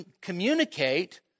communicate